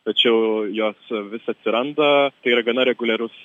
tačiau jos vis atsiranda yra gana reguliarus